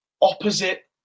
opposite